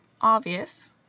obvious